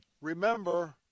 remember